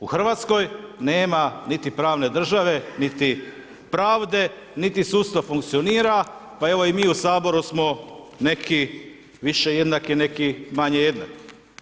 U Hrvatskoj nema niti pravne države, niti pravde, niti sustav funkcionira, pa evo i mi u Saboru smo neki više jednaki neki manje jednaki.